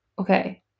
Okay